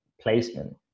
placement